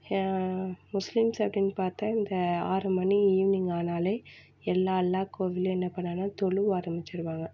Muslims அப்படின்னு பார்த்தா இந்த ஆறு மணி ஈவினிங் ஆனால் எல்லா எல்லா கோவில்லையும் என்ன பண்ணாங்கன்னா தொழுவ ஆரம்பிச்சிருவாங்க